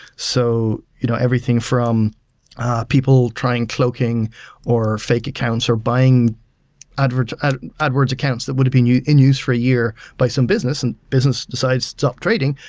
so you know everything from people trying cloaking or fake accounts are buying adwords ah adwords accounts that would have been in use for a year by some business, and business decides stop trading,